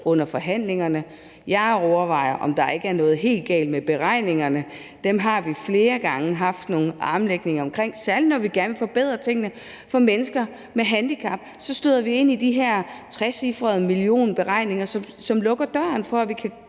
under forhandlingerne. Jeg overvejer, om der ikke er noget helt galt med beregningerne; dem har vi flere gange haft nogle armlægninger omkring. Særlig når vi gerne vil forbedre tingene for mennesker med handicap, støder vi ind i de her beregninger med trecifrede millionbeløb, som lukker døren for, at vi kan